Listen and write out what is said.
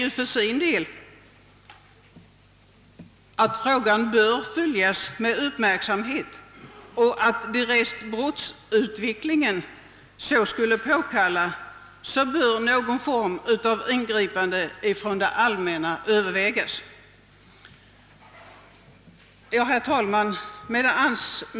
Vi skriver i utlåtandet: »Frågan bör emellertid följas med uppmärksamhet och därest brottsutvecklingen skulle påkalla det torde någon form av ingripande från det allmänna få övervägas.» Herr talman!